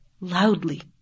loudly